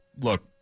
Look